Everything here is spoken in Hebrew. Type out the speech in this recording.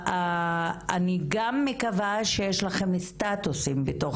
אני גם מקווה שיש לכם סטטוסים בתוך